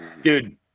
dude